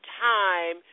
time